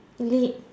elite